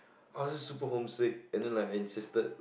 I was just super homesick and then like I insisted